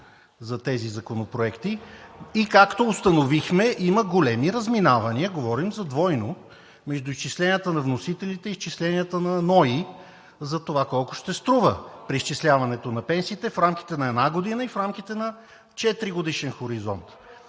за тези законопроекти. И както установихме, има големи разминавания, говорим за двойно – между изчисленията на вносителите и изчисленията на НОИ, за това колко ще струва преизчисляването на пенсиите в рамките на една година и в рамките на четиригодишен хоризонт.